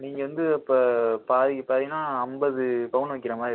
நீங்கள் வந்து இப்போ பாதிக்கு பாதினால் ஐம்பது பவுன் வைக்கிர மாதிரி இருக்கும் சார்